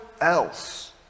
else